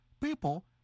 people